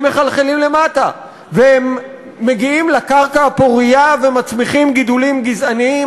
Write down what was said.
הם מחלחלים למטה והם מגיעים לקרקע הפורייה ומצמיחים גידולים גזעניים.